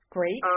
Great